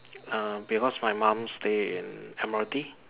uh because my mum stay in admiralty